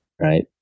right